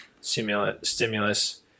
stimulus